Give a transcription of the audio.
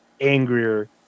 angrier